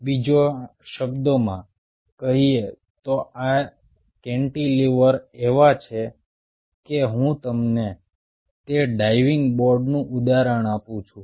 બીજા શબ્દોમાં કહીએ તો આ કેન્ટિલીવર્સ એવા છે કે હું તમને તે ડાઇવિંગ બોર્ડનું ઉદાહરણ આપું છું